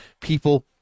people